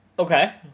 Okay